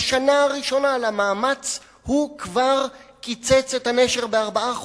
בשנה הראשונה למאמץ הוא כבר קיצץ את הנשר ב-4%.